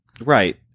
right